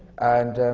and